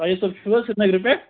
طاہر صوب چھُو حظ سِریٖنگرٕ پٮ۪ٹھ